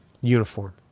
uniform